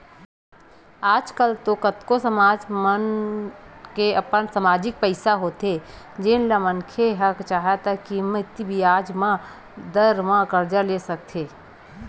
आज कल तो कतको समाज मन के अपन समाजिक पइसा होथे जेन ल मनखे ह चाहय त कमती बियाज दर म करजा ले सकत हे